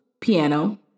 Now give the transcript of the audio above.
piano